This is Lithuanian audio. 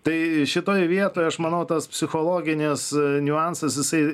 tai šitoj vietoj aš manau tas psichologinis niuansas jisai